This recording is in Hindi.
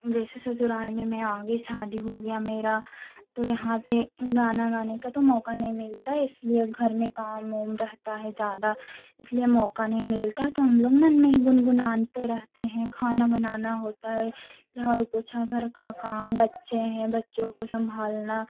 जैसे ससुराल में मैं आ गई शादी हो गया मेरा तो तो यहाँ पर गाना गाने का तो मौका नहीं मिलता इसलिए घर में काम उम रहता है ज़्यादा इसलिए मौका नहीं मिलता तो हम लोग मन में ही गुनगुनाते रहते हैं खाना बनाना होता है झाड़ू पोछा घर का काम बच्चे हैं बच्चों को सम्भालना